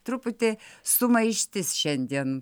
truputį sumaištis šiandien